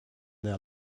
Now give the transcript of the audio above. their